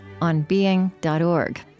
onbeing.org